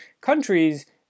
countries